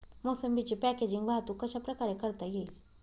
मोसंबीची पॅकेजिंग वाहतूक कशाप्रकारे करता येईल?